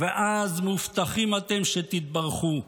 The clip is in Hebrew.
ואז מובטחים אתם שתתברכו.